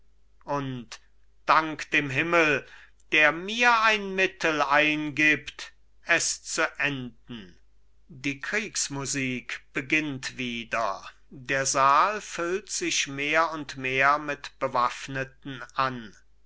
und dank dem himmel der mir ein mittel eingibt es zu enden die kriegsmusik beginnt wieder der saal füllt sich mehr und mehr mit bewaffneten an